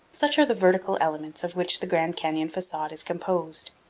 such are the vertical elements of which the grand canyon facade is composed.